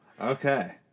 Okay